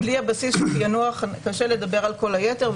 בלי הבסיס של פענוח קשה לדבר על כל היתר.